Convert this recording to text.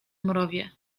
mrowie